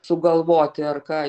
sugalvoti ar ką